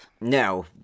No